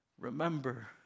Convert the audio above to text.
Remember